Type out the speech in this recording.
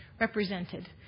represented